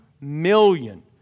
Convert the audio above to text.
million